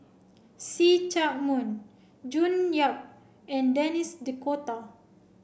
See Chak Mun June Yap and Denis D'Cotta